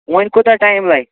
وۄنۍ کوٗتاہ ٹایِم لَگہِ